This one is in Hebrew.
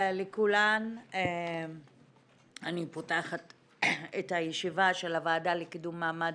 אני פותחת את הישיבה של הוועדה לקידום מעמד